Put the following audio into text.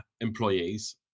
employees